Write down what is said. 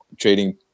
trading